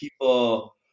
people